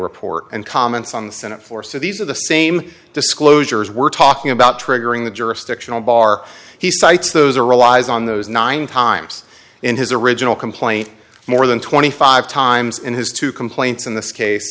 report and comments on the senate floor so these are the same disclosures we're talking about triggering the jurisdictional bar he cites those or relies on those nine times in his original complaint more than twenty five times in his two complaints in this case